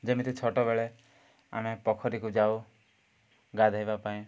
ଯେମିତି ଛୋଟବେଳେ ଆମେ ପୋଖରୀକୁ ଯାଉ ଗାଧେଇବା ପାଇଁ